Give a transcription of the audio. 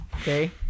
Okay